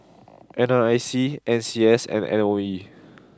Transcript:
N R I C N C S and M O E